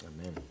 Amen